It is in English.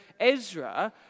Ezra